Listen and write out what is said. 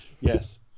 yes